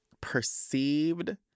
perceived